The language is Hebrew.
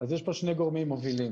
יש פה שני גורמים מובילים.